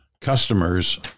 Customers